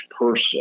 person